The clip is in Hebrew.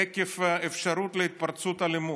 עקב אפשרות להתפרצות אלימות.